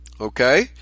okay